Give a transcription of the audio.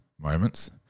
moments